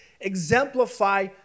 exemplify